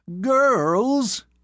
Girls